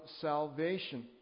salvation